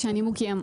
שהנימוק יהיה?